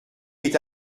est